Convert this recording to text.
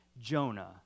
jonah